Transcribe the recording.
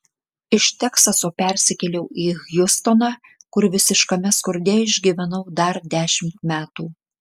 iš teksaso persikėliau į hjustoną kur visiškame skurde išgyvenau dar dešimt metų